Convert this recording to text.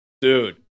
dude